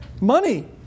money